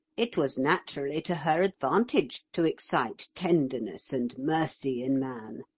it was naturally to her advantage to excite tenderness and mercy in man.